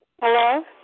Hello